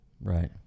Right